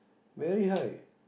very high